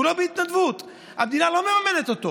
כולו בהתנדבות המדינה לא מממנת אותו.